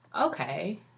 okay